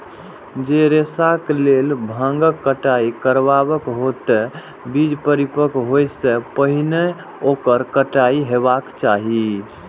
जौं रेशाक लेल भांगक कटाइ करबाक हो, ते बीज परिपक्व होइ सं पहिने ओकर कटाइ हेबाक चाही